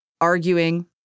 arguing